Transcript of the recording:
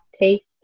taste